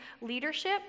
leadership